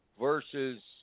versus